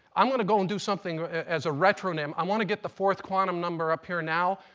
i'm going to go and do something as a retronym. i want to get the fourth quantum number up here now,